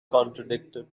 contradicted